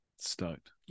stoked